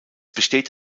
besteht